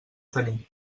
tenir